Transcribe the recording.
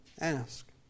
ask